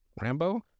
Rambo